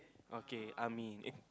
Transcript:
okay I mean if